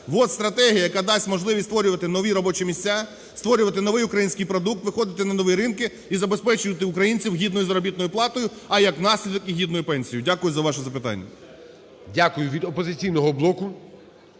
от стратегія, яка дасть можливість створювати нові робочі місця, створювати новий український продукт, виходити на нові ринки і забезпечувати українців гідною заробітною платою, а, як наслідок, і гідною пенсією, Дякую за ваше запитання. ГОЛОВУЮЧИЙ. Дякую. Від "Опозиційного блоку"